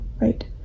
right